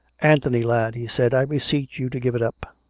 anthony, lad, he said, i beseech you to give it up.